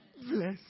Bless